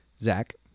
Zach